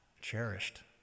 cherished